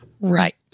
Right